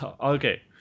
okay